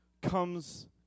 comes